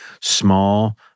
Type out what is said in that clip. small